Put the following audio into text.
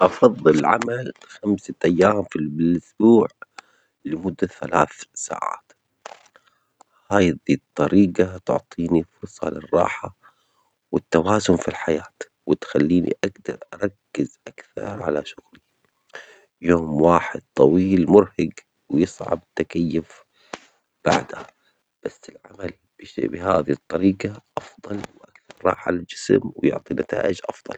هل تفضل العمل خمسة أيام بالأسبوع لمدة ثلاث ساعات، أم يوم واحد كل أسبوع لمدة خمسة عشر ساعةً؟ ولماذا؟